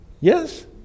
Yes